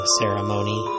ceremony